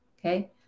okay